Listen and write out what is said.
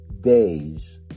days